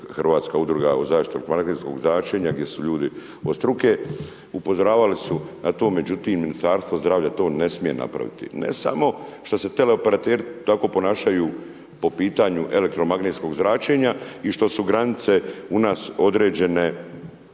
Hrvatska udruga o zaštiti od magnetskog zračenja gdje su ljudi od struke, upozoravali su na to, no međutim Ministarstvo zdravlja to ne smije napraviti. Ne samo što se tele operateri tako ponašaju po pitanju elektromagnetskog zračenja i što su granice u nas određene,